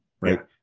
Right